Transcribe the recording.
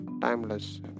timeless